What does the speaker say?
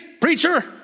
preacher